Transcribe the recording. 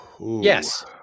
yes